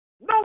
no